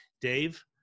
Dave